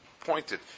pointed